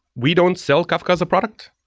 we don't sell kafka as a product.